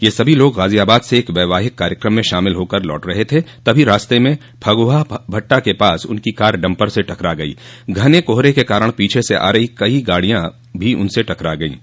यह सभी लोग गाजियाबाद से एक वैवाहिक कार्यक्रम में शामिल होकर लौट रहे थे तभी रास्ते में फगुहा भटटा के पास उनकी कार डम्पर से टकरा गयी घने कोहरे के कारण पीछे से आ रही कई अन्य गाड़ियां भी उनकी कार से टकरा गयीं